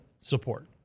support